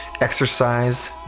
exercise